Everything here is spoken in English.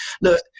Look